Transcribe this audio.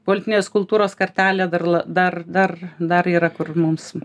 politinės kultūros kartelė dar la dar dar dar yra kur mums